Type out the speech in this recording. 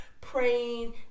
praying